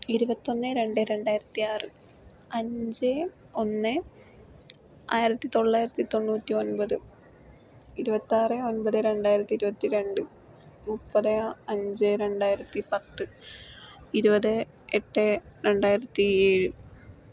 ഇരുപത്തിഒന്ന് രണ്ട് രണ്ടായിരത്തി ആറ് അഞ്ച് ഒന്നേ ആയിരത്തി തൊള്ളയിരത്തി തൊണ്ണൂറ്റോമ്പത് ഇരുപത്തി ആറ് ഒമ്പതെ രണ്ടായിരത്തി ഇരുപത്തി രണ്ട് മുപ്പത് അഞ്ച് രണ്ടായിരത്തി പത്ത് ഇരുപത് എട്ട് രണ്ടായിരത്തി ഏഴ്